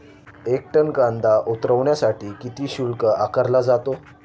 एक टन कांदा उतरवण्यासाठी किती शुल्क आकारला जातो?